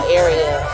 area